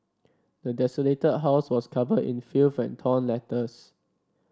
the desolated house was covered in filth and torn letters